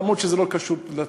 למרות שזה לא קשור אלי,